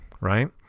right